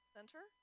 Center